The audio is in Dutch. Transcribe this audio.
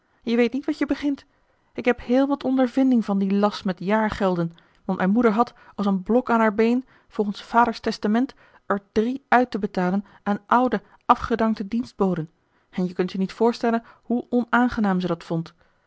je weet niet wat je begint ik heb heel wat ondervinding van dien last met jaargelden want mijn moeder had als een blok aan haar been volgens vader's testament er drie uit te betalen aan oude afgedankte dienstboden en je kunt je niet voorstellen hoe onaangenaam ze dat vond